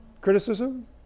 Criticism